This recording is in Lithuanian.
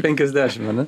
penkiasdešim ane